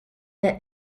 der